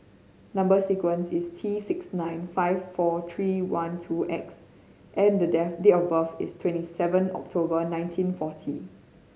number sequence is T six nine five four three one two X and date of birth is twenty seven October nineteen forty